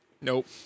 Nope